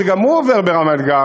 שגם הוא עובר ברמת-גן,